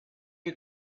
you